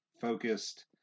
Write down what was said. focused